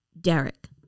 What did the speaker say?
Derek